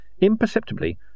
Imperceptibly